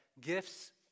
gifts